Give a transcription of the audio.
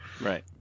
Right